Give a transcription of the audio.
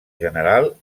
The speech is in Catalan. general